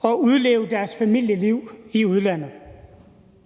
og udleve deres familieliv i udlandet.